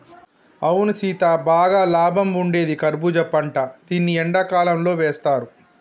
అవును సీత బాగా లాభం ఉండేది కర్బూజా పంట దీన్ని ఎండకాలంతో వేస్తారు